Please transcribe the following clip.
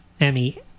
Emmy